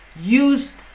use